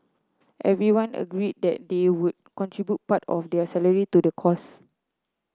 everyone agreed that they would contribute part of their salary to the cause